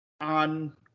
on